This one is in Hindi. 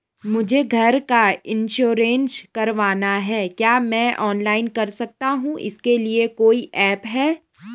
मुझे घर का इन्श्योरेंस करवाना है क्या मैं ऑनलाइन कर सकता हूँ इसके लिए कोई ऐप है?